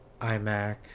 imac